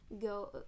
go